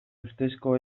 ustezko